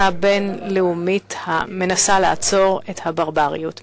הבין-לאומית המנסה לעצור את הברבריות,